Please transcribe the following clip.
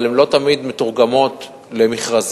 אבל הן לא תמיד מתורגמות למכרזים.